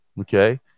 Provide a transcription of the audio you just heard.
Okay